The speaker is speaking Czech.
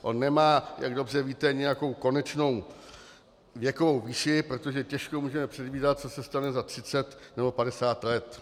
On nemá, jak dobře víte, nějakou konečnou věkovou výši, protože těžko můžeme předvídat, co se stane za třicet nebo padesát let.